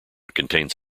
contains